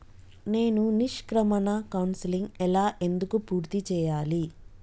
నేను నిష్క్రమణ కౌన్సెలింగ్ ఎలా ఎందుకు పూర్తి చేయాలి?